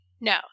no